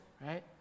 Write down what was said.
right